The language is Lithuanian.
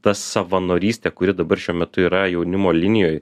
ta savanorystė kuri dabar šiuo metu yra jaunimo linijoj